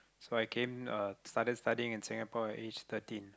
so I came uh started studying in Singapore at age thirteen